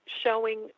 showing